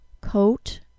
Coat